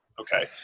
okay